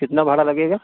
कितना भाड़ा लगेगा